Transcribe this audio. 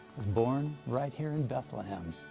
was born right here in bethlehem